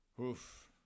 Oof